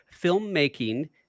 filmmaking